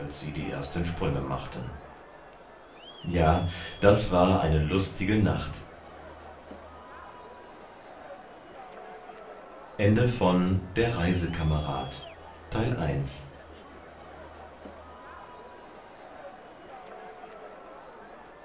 sie die ersten sprünge machten ja das war eine lustige nacht